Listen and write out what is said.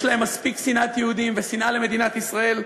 יש להם מספיק שנאת יהודים ושנאה למדינת ישראל,